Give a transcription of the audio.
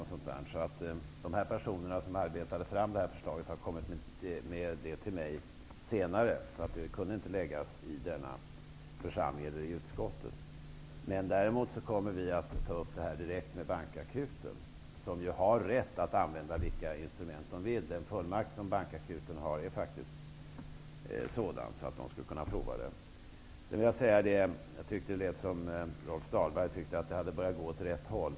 Därför har de personer som har arbetat fram det här förslaget kommit med det till mig senare, vilket gjorde att det inte kunde läggas i denna församling eller i utskottet. Däremot kommer vi att ta upp detta direkt med Bankakuten, där man ju har rätt att använda vilka instrument man vill. Den fullmakt som Bankakuten har är faktiskt sådan att man skall kunna prova förslaget. Jag tyckte att det lät på Rolf Dahlberg som att det har börjat att gå åt rätt håll.